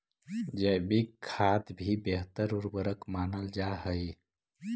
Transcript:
जैविक खाद भी बेहतर उर्वरक मानल जा हई